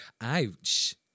Ouch